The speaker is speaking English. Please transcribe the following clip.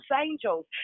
angels